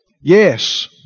Yes